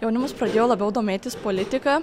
jaunimas pradėjo labiau domėtis politika